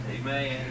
Amen